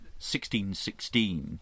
1616